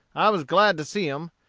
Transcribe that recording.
i was glad to see em,